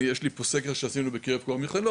אני יש לי פה סקר שעשינו בקרב כל המכללות.